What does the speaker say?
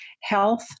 health